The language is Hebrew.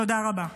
תודה רבה.